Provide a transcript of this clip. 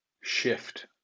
shift